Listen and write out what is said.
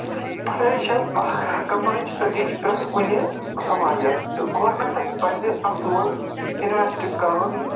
پڑٲے چھےٚ اکھ کَمرٕچ أڈِج پرٛتھ کُنہِ سَماجَس تہٕ گورمِٮ۪نٛٹس پَزِ اَتھ منٛز اِنویسٹہٕ کَرُن